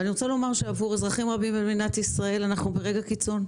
אני רוצה לומר שעבור אזרחים רבים במדינת ישראל אנחנו ברגע קיצון.